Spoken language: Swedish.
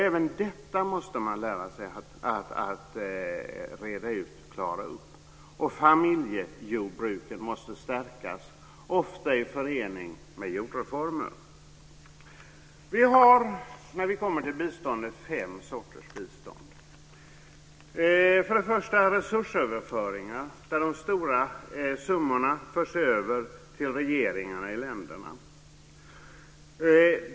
Även detta måste man lära sig att reda ut och klara upp. Familjejordbruken måste stärkas, ofta i förening med jordreformer. Vi har fem sorters bistånd. Först och främst handlar det om resursöverföringar, där de stora summorna förs över till regeringarna i länderna.